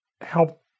help